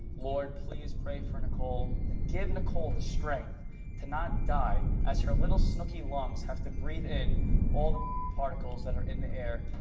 lord, please pray for nicole and give nicole the strength to not die as her little snooki lungs have to breath in all the particles that are in the air.